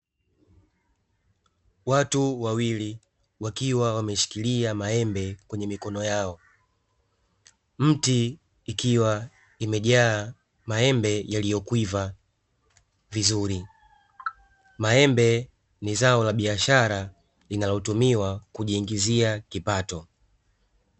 Watu wawili wakiwa wameshikilia maembe kwenye mikono yao. Miti ikiwa umejaa maembe yaliyokwiva vizuri. Maembe ni zao la biashara linalotumiwa kujiingizia kipato.